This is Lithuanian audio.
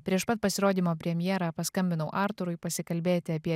prieš pat pasirodymą premjerą paskambinau arturui pasikalbėti apie